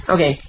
Okay